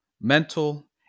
mental